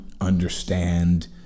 understand